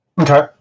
Okay